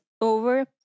over